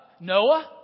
Noah